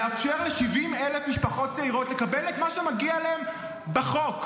לאפשר ל-70,000 משפחות צעירות לקבל את מה שמגיע להן בחוק.